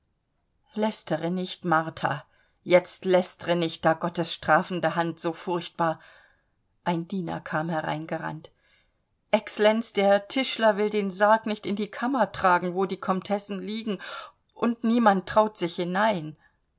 lästere nicht martha jetzt läst're nicht da gottes strafende hand so sichtbar ein diener kam hereingerannt ex'lenz der tischler will den sarg nicht in die kammer tragen wo die komtessen liegen und niemand traut sich hinein